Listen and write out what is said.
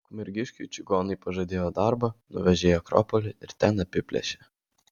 ukmergiškiui čigonai pažadėjo darbą nuvežė į akropolį ir ten apiplėšė